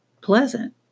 pleasant